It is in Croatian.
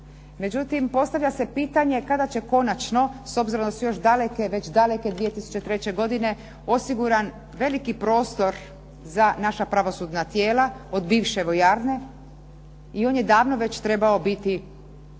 Međutim, postavlja se pitanje kada će konačno, s obzirom da su još daleke, već daleke 2003. godine osiguran veliki prostor za naša pravosudna tijela od bivše vojarne i on je davno već trebao biti